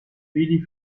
fili